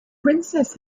princess